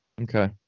Okay